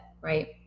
right